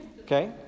Okay